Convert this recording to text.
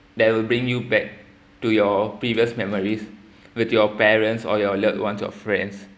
that will bring you back to your previous memories with your parents or your loved ones your friends